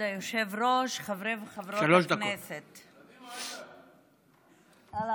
כבוד היושב-ראש, חברי וחברות הכנסת קדימה, עאידה.